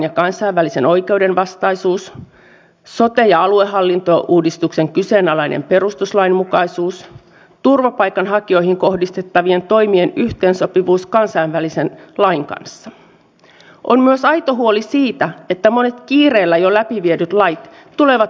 ja kun on puhuttu näistä suurista hankinnoista niin onko mahdollista esimerkiksi yhteistyö on se sitten maavoimissa tai sitten näissä erilaisissa hornet torjuntahävittäjien korvaamismuodoissa